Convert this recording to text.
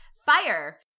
Fire